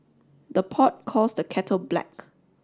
the pot calls the kettle black